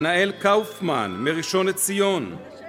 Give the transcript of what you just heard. נאל קאופמן, מראשון לציון